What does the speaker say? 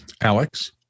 Alex